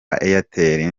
airtel